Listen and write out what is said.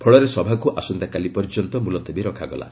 ଫଳରେ ସଭାକୁ ଆସନ୍ତାକାଲି ପର୍ଯ୍ୟନ୍ତ ମୁଲତବୀ ରଖାଗଲା